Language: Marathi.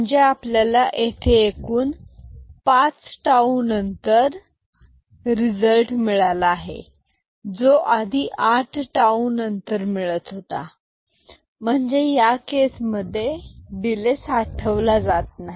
म्हणजे आपल्याला येथे एकूण 5 टाऊ नंतर रिझल्ट मिळाला जो आधी आठ टाऊ नंतर मिळत होता म्हणजेच या केसमध्ये डिले साठवला जात नाही